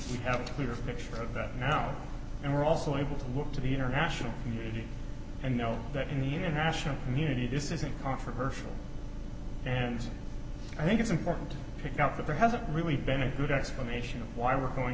you have to clear a picture of that now and we're also able to look to the international community and know that in the international community this is a controversial and i think it's important to pick up that there hasn't really been a good explanation of why we're going